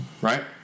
right